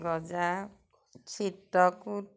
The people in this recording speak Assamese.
গজা